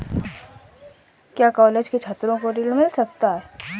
क्या कॉलेज के छात्रो को ऋण मिल सकता है?